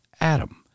Adam